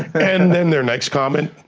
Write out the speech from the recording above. and then their next comment,